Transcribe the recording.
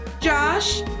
Josh